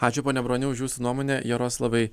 ačiū pone broniau už jūsų nuomonę jaroslavai